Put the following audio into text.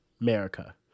America